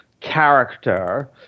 character